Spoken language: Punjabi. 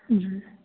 ਜੀ